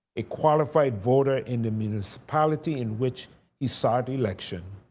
a qualified voter in the municipality in which he sought election.